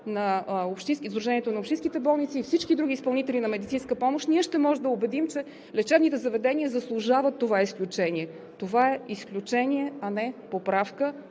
на общинските болници и всички други изпълнители на медицинска помощ, ние ще можем да убедим, че лечебните заведения заслужват това изключение. Това е изключение, а не поправка.